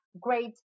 great